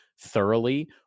thoroughly